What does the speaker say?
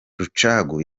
rucagu